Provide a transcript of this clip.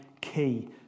key